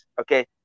Okay